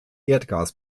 erdgas